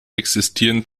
existieren